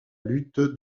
lutte